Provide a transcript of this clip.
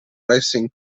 racing